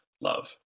love